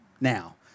now